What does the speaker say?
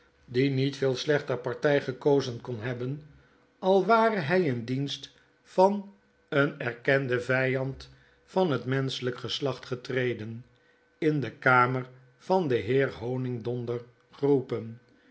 die niet veel slechter party gekozen kon hebben al ware hy in dienst van mmm mmmmmmmmm het geheim van edwin dbood een erkenden vijand van het menschelgk geslacht getreden in de kamer van den heer honigdonder geroepen